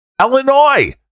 illinois